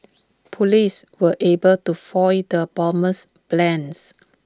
Police were able to foil the bomber's plans